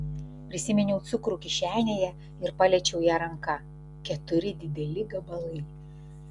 prisiminiau cukrų kišenėje ir paliečiau ją ranka keturi dideli gabalai